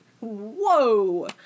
whoa